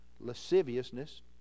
lasciviousness